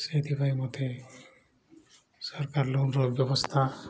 ସେଥିପାଇଁ ମୋତେ ସରକାର ଲୋନ୍ର ବ୍ୟବସ୍ଥା